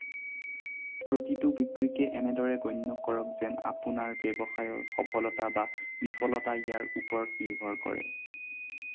প্ৰতিটো বিক্ৰীকে এনেদৰে গণ্য কৰক যেন আপোনাৰ ব্যৱসায়ৰ সফলতা বা বিফলতা ইয়াৰ ওপৰত নিৰ্ভৰ কৰে